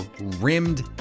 rimmed